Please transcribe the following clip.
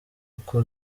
uko